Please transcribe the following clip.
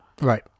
Right